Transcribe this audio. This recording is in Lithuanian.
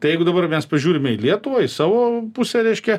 tai jeigu dabar mes pažiūrime į lietuvą į savo e pusę reiškia